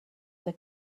for